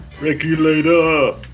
Regulator